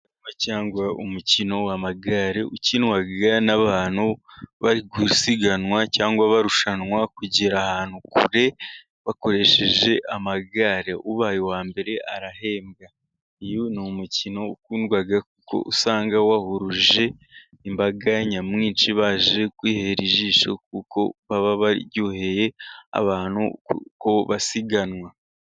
Cyangwa umukino w'amagare ukinwa n'abantu bari gusiganwa cyangwa barushanwa kugera ahantu kure bakoresheje amagare, ubaye uwa mbere arahembwa. Uyu ni umukino ukundwa kuko usanga wahuruje imbaga nyamwinshi baje kwihera ijisho kuko baba baryoheye abantu ko basiganwa.